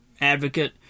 advocate